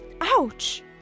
Ouch